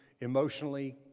emotionally